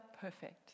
perfect